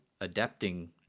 adapting